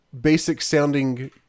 basic-sounding